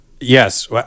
Yes